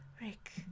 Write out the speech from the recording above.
Rick